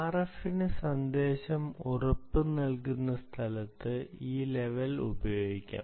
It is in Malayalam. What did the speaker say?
ആർഎഫിന് സന്ദേശം ഉറപ്പുനൽകിയ സ്ഥലത്ത് ഈ ലെവൽ ഉപയോഗിക്കാം